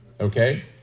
Okay